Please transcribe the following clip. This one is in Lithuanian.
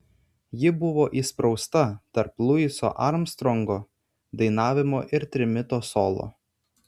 ji buvo įsprausta tarp luiso armstrongo dainavimo ir trimito solo